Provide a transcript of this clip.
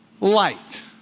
light